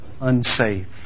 unsafe